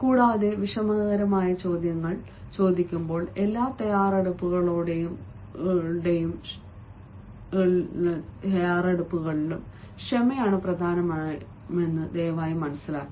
കൂടാതെ വിഷമകരമായ ചോദ്യങ്ങൾ ചോദിക്കുമ്പോൾ എല്ലാ തയ്യാറെടുപ്പുകളുടെയും ക്ഷമയാണ് പ്രധാനമെന്ന് ദയവായി മനസിലാക്കുക